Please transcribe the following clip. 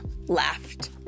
laughed